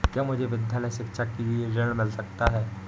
क्या मुझे विद्यालय शिक्षा के लिए ऋण मिल सकता है?